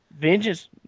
Vengeance